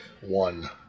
one